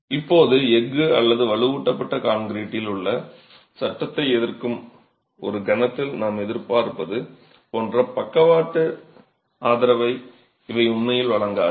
இப்போது எஃகு அல்லது வலுவூட்டப்பட்ட கான்கிரீட்டில் உள்ள சட்டத்தை எதிர்க்கும் ஒரு கணத்தில் நாம் எதிர்பார்ப்பது போன்ற பக்கவாட்டு ஆதரவை இவை உண்மையில் வழங்காது